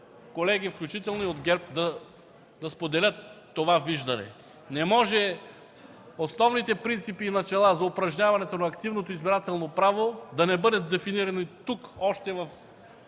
колеги, включително и от ГЕРБ, да споделят това виждане. Не може основните принципи и начала за упражняването на активното избирателно право да не бъдат дефинирани тук още в